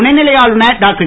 துணை நிலை ஆளுநர் டாக்டர்